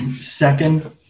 Second